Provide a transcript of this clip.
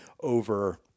over